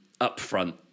upfront